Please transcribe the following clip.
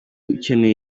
ukeneye